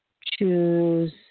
choose